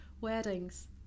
Weddings